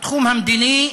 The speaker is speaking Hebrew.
בתחום המדיני,